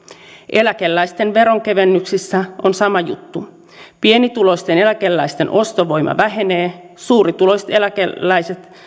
eläkeläisten veronkevennyksissä on sama juttu pienituloisten eläkeläisten ostovoima vähenee suurituloisille eläkeläisille